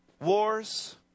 wars